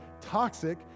Toxic